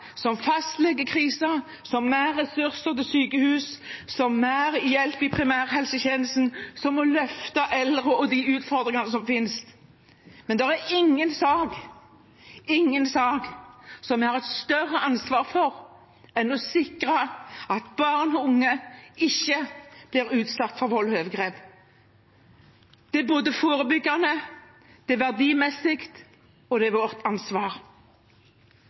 som fastlegekrisen, som nærressurser til sykehus, som nærhjelp i primærhelsetjenesten, som å løfte eldre og de utfordringene som finnes, men det er ingen sak vi har et større ansvar for, enn å sikre at barn og unge ikke blir utsatt for vold og overgrep. Det er forebyggende, det er verdimessig, og det er vårt ansvar.